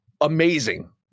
amazing